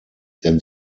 denn